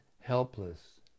helpless